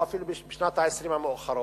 או אפילו בשנות ה-20 המאוחרות,